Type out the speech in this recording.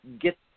get